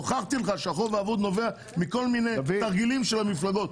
הוכחתי לך שהחוב האבוד נובע מכל מיני תרגילים של המפלגות.